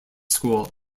school